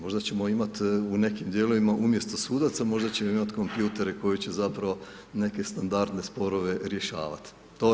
Možda ćemo imati u nekim dijelovima umjesto sudaca možda ćemo imati kompjutore koji će zapravo neke standardne sporove rješavati.